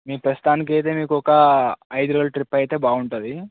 మీ ప్రస్తుతానికైతే మీకు ఒక ఐదు రోజల ట్రిప్ అయితే బాగుంటుంది